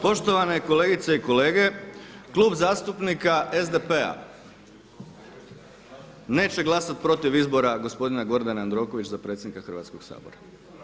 Poštovane kolegice i kolege Klub zastupnika SDP-a neće glasati protiv izbora gospodina Gordana Jandrokovića za predsjednika Hrvatskoga sabora.